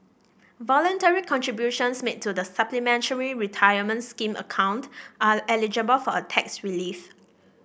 voluntary contributions made to the Supplementary Retirement Scheme account are eligible for a tax relief